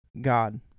God